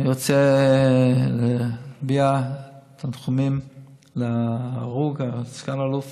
אני רוצה להביע תנחומים למשפחת ההרוג, סגן האלוף